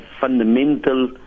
fundamental